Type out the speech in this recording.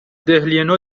دهلینو